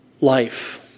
life